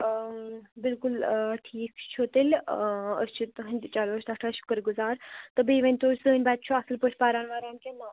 اۭں بلکل اۭں ٹھیٖک چھُ تیٚلہِ اۭں أسۍ چھِ تُہنٛد چَلو سٮ۪ٹھاہ شُکُر گُزار تہٕ بیٚیہِ وٕنۍ تو سٲنۍ بَچّہِ چھَ اصٕل پٲٹھۍ پَران وَران کِنہ نہٕ